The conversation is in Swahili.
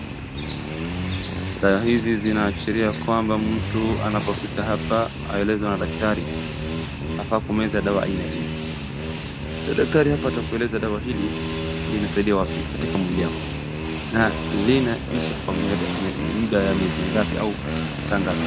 Dawa hizi zinaashiria kwamba mtu anapofika hapa aelezwa na daktari anafaa kumeza dawa aina hii. Daktari hapa atakueleza dawa hili linasaidia wapi katika mwili yako na linaishi kwa muda ya miezi gapi au saa gapi.